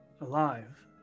Alive